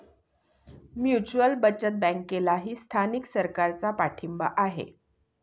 mutual बचत बँकेलाही स्थानिक सरकारचा पाठिंबा आहे